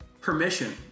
permission